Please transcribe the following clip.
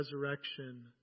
resurrection